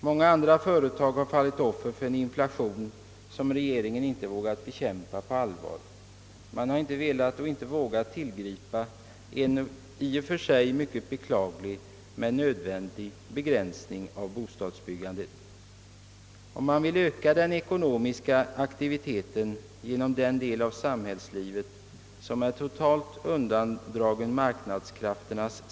Många andra företag har fallit offer för en inflation som regeringen inte vågat bekämpa på allvar. Man har inte velat tillgripa en i och för sig mycket beklaglig men nödvändig begränsning av bostadsbyggandet. Om man vill öka den ekonomiska «aktiviteten inom den del av samhällslivet som är totalt undandragen marknadskrafternas.